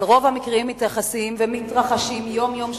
אבל רוב המקרים מתייחסים ומתרחשים יום-יום,